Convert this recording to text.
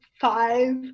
five